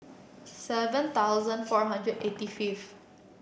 seven thousand four hundred eighty fifth